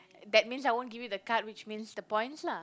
that means I won't give you the card which means the points lah